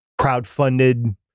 crowdfunded